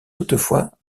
toutefois